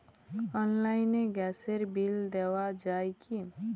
অনলাইনে গ্যাসের বিল দেওয়া যায় কি?